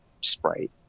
sprite